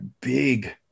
big